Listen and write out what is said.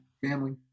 family